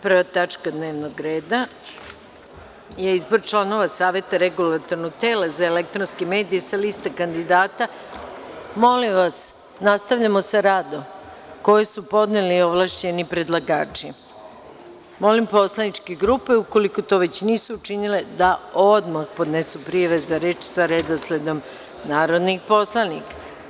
Prva tačka dnevnog reda – IZBOR ČLANOVA SAVETA REGULATORNOG TELA ZA ELEKTRONSKE MEDIJE, SA LISTA KANDIDATA KOJE SU PODNELI OVLAŠĆENI PREDLAGAČI Molim poslaničke grupe, ukoliko to već nisu učinile, da odmah podnesu prijave za reč sa redosledom narodnih poslanika.